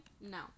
No